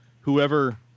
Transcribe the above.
whoever